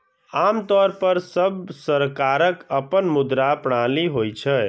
आम तौर पर सब सरकारक अपन मुद्रा प्रणाली होइ छै